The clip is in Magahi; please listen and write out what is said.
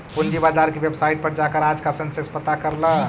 पूंजी बाजार की वेबसाईट पर जाकर आज का सेंसेक्स पता कर ल